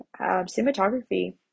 cinematography